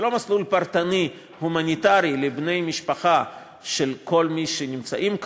זה לא מסלול פרטני הומניטרי לבני משפחה של כל מי שנמצאים כאן,